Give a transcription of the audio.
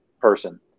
person